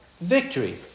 victory